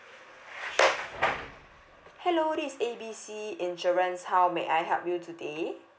hello this is A B C insurance how may I help you today